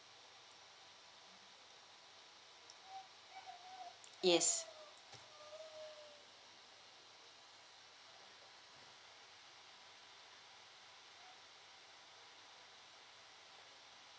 yes